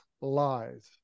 lies